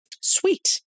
sweet